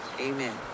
Amen